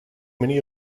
many